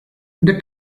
the